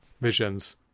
visions